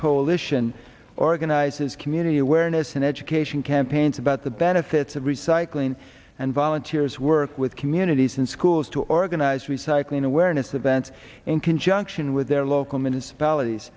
coalition organizes community awareness and education campaigns about the benefits of recycling and volunteers work with communities and schools to organize recycling awareness events in conjunction with their local municipalities